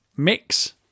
Mix